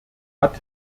hat